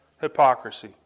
hypocrisy